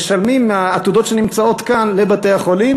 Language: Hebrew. משלמים מהעתודות שנמצאות כאן לבתי-החולים